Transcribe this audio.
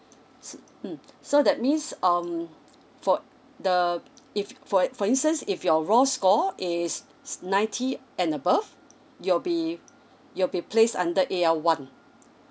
so mm so that means um for the if for for instance if your overall score is ninety and above you'll be you'll be placed under A_L one